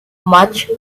much